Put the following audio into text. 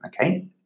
okay